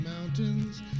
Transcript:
Mountains